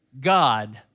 God